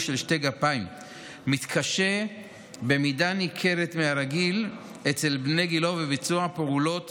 של שתי גפיים מתקשה במידה ניכרת מהרגיל אצל בני גילו בביצוע פעולות